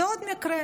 זה עוד מקרה.